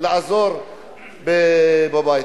עוזרים בבית.